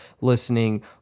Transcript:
listening